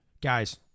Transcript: Guys